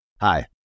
Hi